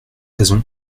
raison